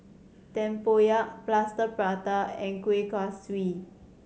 tempoyak Plaster Prata and Kuih Kaswi